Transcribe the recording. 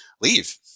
leave